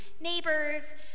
neighbors